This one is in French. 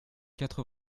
quatre